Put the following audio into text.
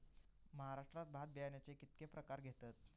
महाराष्ट्रात भात बियाण्याचे कीतके प्रकार घेतत?